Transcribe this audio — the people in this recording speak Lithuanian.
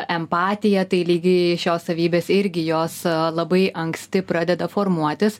empatiją tai lygiai šios savybės irgi jos labai anksti pradeda formuotis